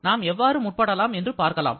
நாம் எவ்வாறு முற்படலாம் என்று பார்க்கலாம்